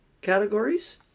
categories